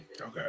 Okay